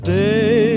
day